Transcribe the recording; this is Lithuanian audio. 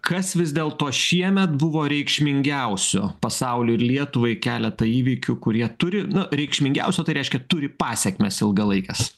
kas vis dėlto šiemet buvo reikšmingiausio pasauliui ir lietuvai keletą įvykių kurie turi nu reikšmingiausio tai reiškia turi pasekmes ilgalaikes